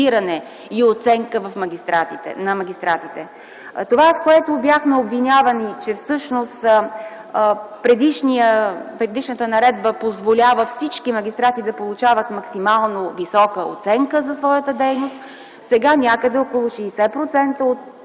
и оценка на магистратите. Бяхме обвинявани, че предишната наредба позволява всички магистрати да получават максимално висока оценка за своята дейност. Сега около 60% от